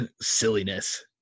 silliness